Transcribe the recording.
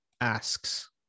asks